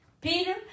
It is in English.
Peter